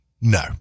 No